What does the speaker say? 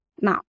Now